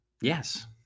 yes